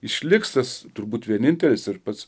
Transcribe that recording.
išliks tas turbūt vienintelis ir pats